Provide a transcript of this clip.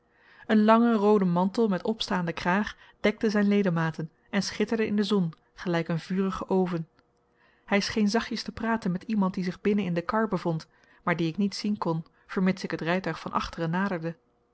een lange roode mantel met opstaanden kraag dekte zijn ledematen en schitterde in de zon gelijk een vurige oven hij scheen zachtjes te praten met iemand die zich binnen in de kar bevond maar dien ik niet zien kon vermids ik het rijtuig van achteren naderde